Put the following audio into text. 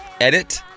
edit